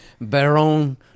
Baron